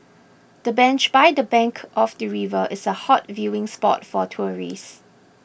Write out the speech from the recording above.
the bench by the bank of the river is a hot viewing spot for tourists